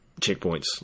checkpoints